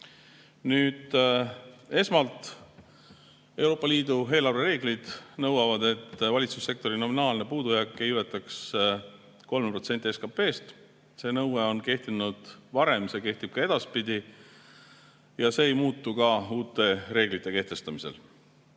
Esmalt, Euroopa Liidu eelarvereeglid nõuavad, et valitsussektori nominaalne puudujääk ei ületaks 3% SKP-st. See nõue on kehtinud varem, see kehtib ka edaspidi ja see ei muutu uute reeglite kehtestamisel.